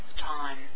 time